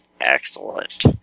excellent